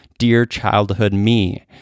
DearChildhoodMe